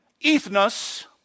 ethnos